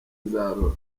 nzarora